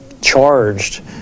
charged